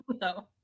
No